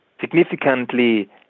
significantly